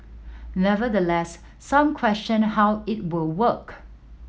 nevertheless some questioned how it would work